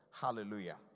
Hallelujah